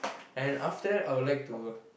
and after that I would like to